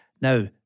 Now